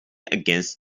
against